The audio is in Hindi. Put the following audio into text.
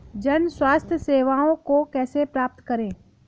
जन स्वास्थ्य सेवाओं को कैसे प्राप्त करें?